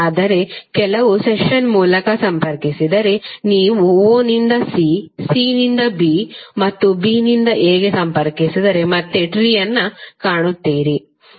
ಆದರೆ ಕೆಲವು ಸೆಷನ್ ಮೂಲಕ ಸಂಪರ್ಕಿಸಿದರೆ ನೀವು o ನಿಂದ c c ನಿಂದ b ಮತ್ತು b ನಿಂದ a ಗೆ ಸಂಪರ್ಕಿಸಿದರೆ ಮತ್ತೆ ಟ್ರೀಅನ್ನು ಕಾಣುತ್ತೀರಿ